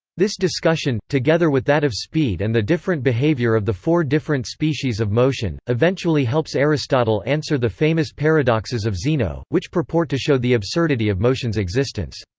this discussion, together with that of speed and the different behavior of the four different species of motion, eventually helps aristotle answer the famous paradoxes of zeno, which purport to show the absurdity of motion's existence.